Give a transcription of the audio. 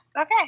Okay